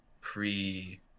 pre